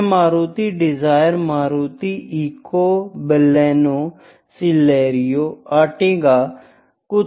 यह Maruti Dzire Maruti Eeco Baleno Celerio Ertiga कुछ भी हो सकती है